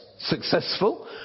successful